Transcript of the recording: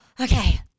Okay